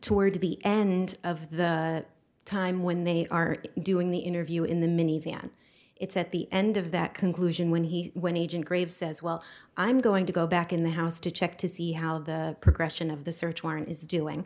toward the end of the time when they are doing the interview in the mini van it's at the end of that conclusion when he when agent graves says well i'm going to go back in the house to check to see how the progression of the search warrant is doing